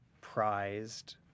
prized